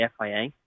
FIA